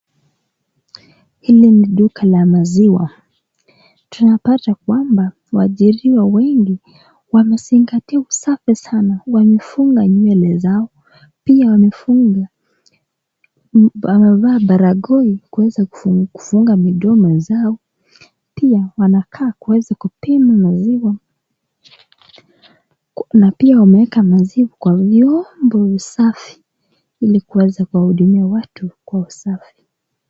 Hili ni duka la maziwa, tunapata kwamba waajiriwa wengi wamezingatia usafi sana: wamefunga nywele zao, pia wamefunga wamevaa barakoa kuweze kufunga midomo zao .Pia wanakaa kuweza kupima maziwa na pia wameweka maziwa kwa viombo visafi ili kuweza kuwahudumia watu kwa usafi